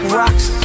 rocks